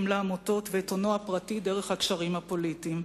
לעמותות ואת הונו הפרטי דרך הקשרים הפוליטיים,